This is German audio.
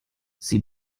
sie